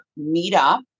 Meetup